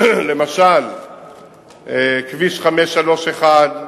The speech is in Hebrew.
למשל כביש 531,